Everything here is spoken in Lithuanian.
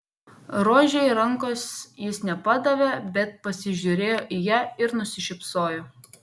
rožei rankos jis nepadavė bet pasižiūrėjo į ją ir nusišypsojo